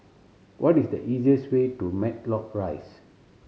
what is the easiest way to Matlock Rise